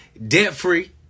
debt-free